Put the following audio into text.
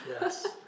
Yes